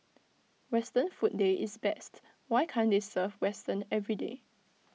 western food day is best why can't they serve western everyday